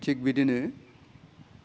थिग बिदिनो